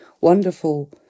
wonderful